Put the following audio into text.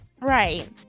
Right